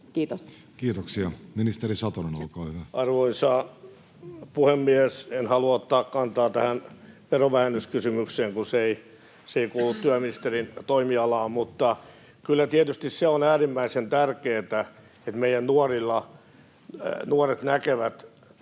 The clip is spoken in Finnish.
Kiitos. Kiitoksia. — Ministeri Satonen, olkaa hyvä. Arvoisa puhemies! En halua ottaa kantaa tähän verovähennyskysymykseen, kun se ei kuulu työministerin toimialaan. Mutta kyllä tietysti se on äärimmäisen tärkeätä, että meidän nuoret näkevät